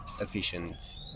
efficient